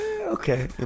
Okay